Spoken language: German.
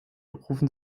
rufen